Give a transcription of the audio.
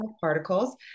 particles